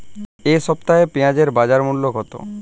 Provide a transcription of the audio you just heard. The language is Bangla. এ সপ্তাহে পেঁয়াজের বাজার মূল্য কত?